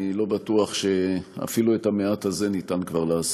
אני כבר לא בטוח שאפילו את המעט הזה ניתן לעשות.